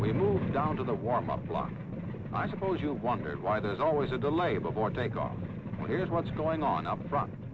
we moved on to the warm up block i suppose you'll wonder why there's always a delay before takeoff here's what's going on up front